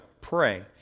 Pray